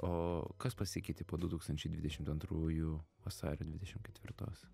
o kas pasikeitė po du tūkstančiai dvidešimt antrųjų vasario dvidešim ketvirtos